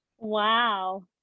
Wow